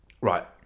right